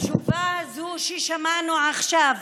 התשובה הזאת ששמענו עכשיו